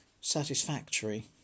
satisfactory